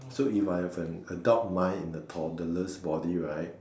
so if I have an adult mind in a toddler's body right